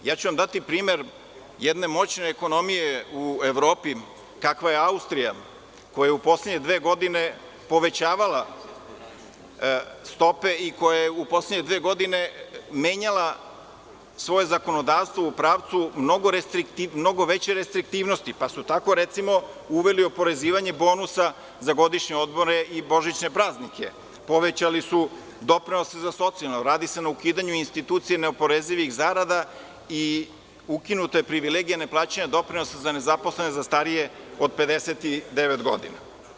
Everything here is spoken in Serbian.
Daću vam primer jedne moćne ekonomije u Evropi kakva je Austrija, koja je u poslednje dve godine povećavala stope i koja je u poslednje dve godine menjala svoje zakonodavstvo u pravcu mnogo veće restriktivnosti, pa su tako, recimo, uveli oporezivanje bonusa za godišnje odmore i božićne praznike, povećali su poreze za socijalno, radi se na ukidanju institucije neoporezivih zarada i ukinuta je privilegija neplaćanja doprinosa za nezaposlene za starije od 59 godina.